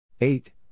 eight